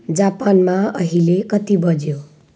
जापानमा अहिले कति बज्यो